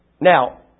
Now